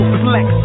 flex